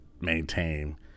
maintain